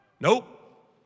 Nope